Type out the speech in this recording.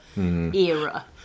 era